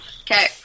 Okay